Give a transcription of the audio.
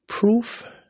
Proof